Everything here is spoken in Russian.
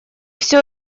все